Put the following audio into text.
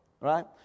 right